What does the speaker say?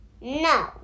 No